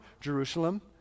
Jerusalem